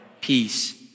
peace